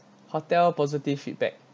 hotel positive feedback